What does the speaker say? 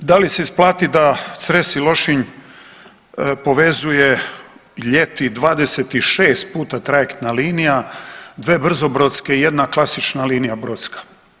Da li se isplati da Cres i Lošinj povezuje ljeti 26 puta trajektna linija, dve brzobrodske i jedna klasična linija brodska.